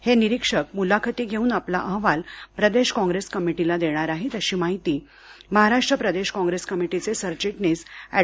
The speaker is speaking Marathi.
हे निरीक्षक मुलाखती घेऊन आपला अहवाल प्रदेश काँग्रेस कमिटीला देणार आहेत अशी माहिती महाराष्ट प्रदेश काँग्रेस कमिटीचे सरचिटणीस अँड